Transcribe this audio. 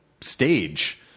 stage